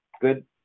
Good